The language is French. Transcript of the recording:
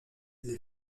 les